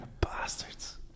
Bastards